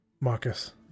Marcus